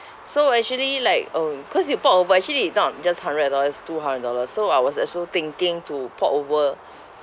so actually like um cause you port over actually it not just hundred dollars it's two hundred dollars so I was also thinking to port over